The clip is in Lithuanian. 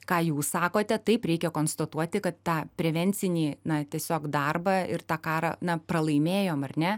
ką jūs sakote taip reikia konstatuoti kad tą prevencinį na tiesiog darbą ir tą karą na pralaimėjom ar ne